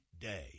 day